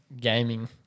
gaming